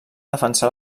defensar